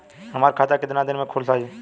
हमर खाता कितना केतना दिन में खुल जाई?